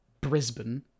brisbane